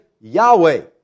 Yahweh